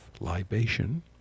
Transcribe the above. libation